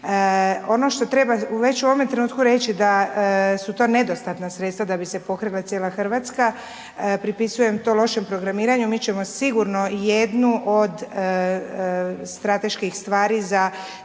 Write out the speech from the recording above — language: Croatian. Ono što treba već u ovome trenutku reći da su to nedostatna sredstva da bi se pokrila cijela RH, pripisujem to lošem programiranju, mi ćemo sigurno jednu od strateških stvari za slijedeće